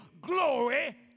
glory